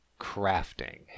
crafting